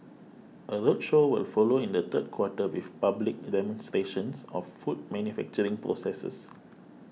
a roadshow will follow in the third quarter with public demonstrations of food manufacturing processes